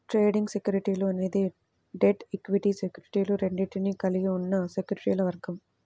trading సెక్యూరిటీలు అనేది debt, equity సెక్యూరిటీలు రెండింటినీ కలిగి ఉన్న సెక్యూరిటీల వర్గం